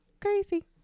Crazy